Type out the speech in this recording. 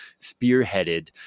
spearheaded